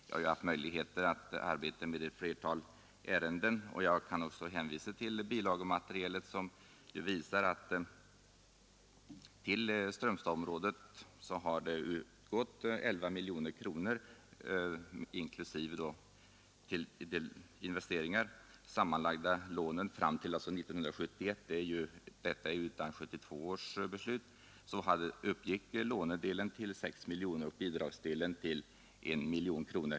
Jag har haft möjlighet att arbeta med ett flertal ärenden och kan även hänvisa till bilagematerialet, som visar att till Strömstadsområdet har utgått 11 miljoner kronor inklusive investeringar. Fram till 1971 detta är 1972 års beslut — uppgick sammanlagda lånedelen till 6 miljoner kronor och bidragsdelen till 1 miljon kronor.